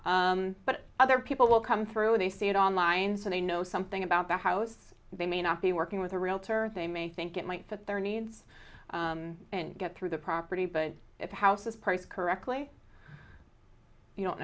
for but other people will come through when they see it online so they know something about the house they may not be working with a realtor they may think it might fit their needs and get through the property but if the house is priced correctly you don't